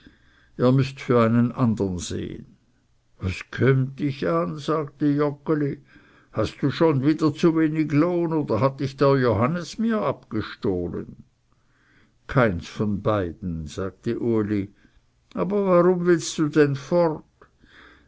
ihr müßt für einen andern sehen was kömmt dich an sagte joggeli hast du schon wieder zu wenig lohn oder hat dich der johannes mir abgestohlen keins von beiden sagte uli aber warum willst du dann fort